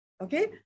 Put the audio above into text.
Okay